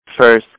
first